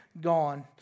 gone